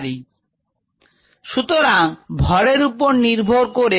সুতরাং ভরের উপর নির্ভর করে r g হল d dt of m যাকে x ইনটু V হিসেবে লেখা যেতে পারে